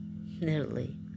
Nearly